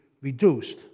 reduced